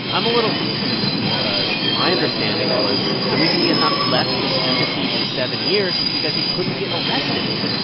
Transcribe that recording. i'm a little confused because my understanding was the reason he has not left this embassy in seven years is because he couldn't get arrested in it.